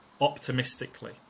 optimistically